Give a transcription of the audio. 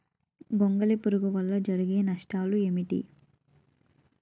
గొంగళి పురుగు వల్ల జరిగే నష్టాలేంటి?